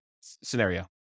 scenario